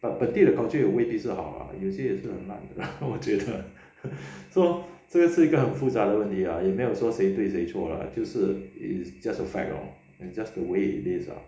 but 本地的 culture 也未必是好有些也是很烂我觉得 so 这个是一个很复杂的问题啊也没有说谁对谁错啦就是 is just a fact lor it's just the way it is